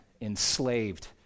enslaved